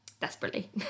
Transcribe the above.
desperately